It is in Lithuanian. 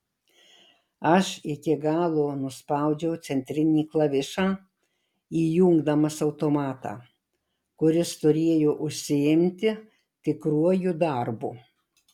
aš iki galo nuspaudžiau centrinį klavišą įjungdamas automatą kuris turėjo užsiimti tikruoju darbu